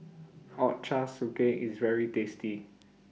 Ochazuke IS very tasty